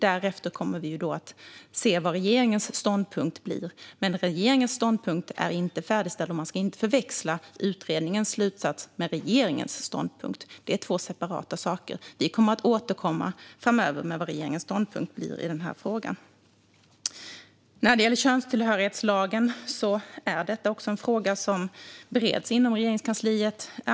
Därefter kommer vi att se vad regeringens ståndpunkt blir. Men regeringens ståndpunkt är inte färdigställd, och man ska inte förväxla utredningens slutsats med regeringens ståndpunkt. Det är två separata saker. Vi kommer att återkomma framöver med vad regeringens ståndpunkt blir i denna fråga. När det gäller könstillhörighetslagen är det en fråga som bereds inom Regeringskansliet.